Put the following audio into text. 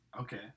Okay